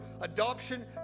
adoption